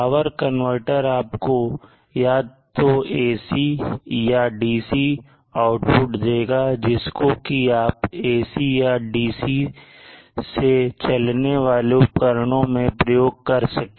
power converter आपको या तो AC या DC आउटपुट देगा जिससे कि आप AC या DC से चलने वाले उपकरणों में प्रयोग कर सकें